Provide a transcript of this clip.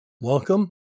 welcome